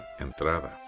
entrada